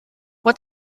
what